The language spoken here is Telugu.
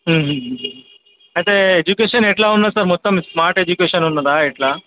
అయితే ఎడ్యుకేషన్ ఎలా ఉంది సార్ మొత్తం స్మార్ట్ ఎడ్యుకేషన్ ఉన్నందా ఎలా